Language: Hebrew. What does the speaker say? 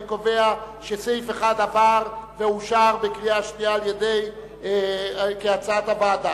אני קובע שסעיף 1 עבר ואושר בקריאה שנייה כהצעת הוועדה.